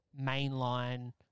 mainline